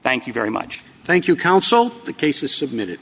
thank you very much thank you counsel the case is submitted